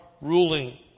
ruling